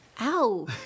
Ow